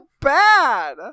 bad